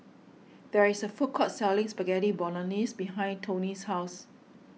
there is a food court selling Spaghetti Bolognese behind Toney's house